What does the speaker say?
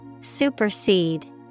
Supersede